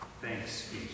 Thanks